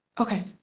okay